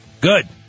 Good